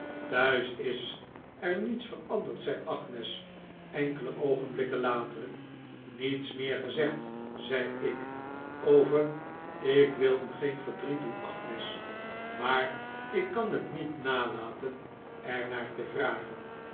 thuis is er niets veranderd zei agnes enkele oogenblikken later niets meer gezegd zei ik over ik wil u geen verdriet doen agnes maar ik kan het niet laten er naar te vragen